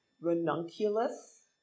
ranunculus